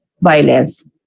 violence